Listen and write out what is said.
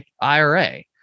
IRA